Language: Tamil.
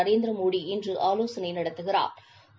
நரேந்திர மோடி இன்று ஆலோசனை நடத்துகிறாா்